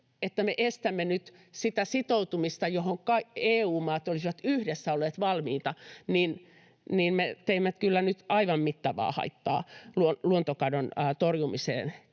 että me estämme nyt sitä sitoutumista, johon EU-maat olisivat yhdessä olleet valmiita, me teimme kyllä nyt aivan mittavaa haittaa luontokadon torjumiseksi